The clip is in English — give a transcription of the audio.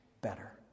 better